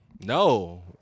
no